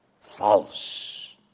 False